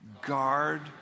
Guard